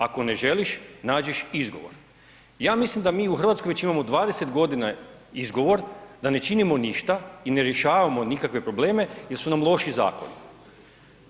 Ako ne želiš, nađeš izgovor.“ Ja mislim da mi u Hrvatskoj već imamo 20 godina izgovor da ne činimo ništa i ne rješavamo nikakve probleme jer su nam loši zakoni.